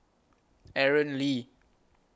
Aaron Lee